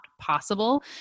possible